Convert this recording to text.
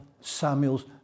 Samuel's